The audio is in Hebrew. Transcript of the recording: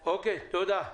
תודה.